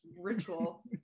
ritual